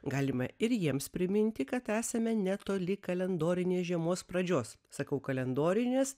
galime ir jiems priminti kad esame netoli kalendorinės žiemos pradžios sakau kalendorinės